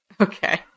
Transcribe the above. Okay